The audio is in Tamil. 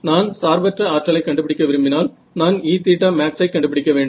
நான் சார்பற்ற ஆற்றலை கண்டுபிடிக்க விரும்பினால் நான் E ஐ கண்டுபிடிக்க வேண்டும்